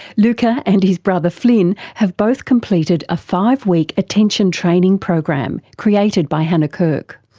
luca and his brother flynn have both completed a five week attention training program created by hannah kirk.